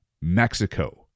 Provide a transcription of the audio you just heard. Mexico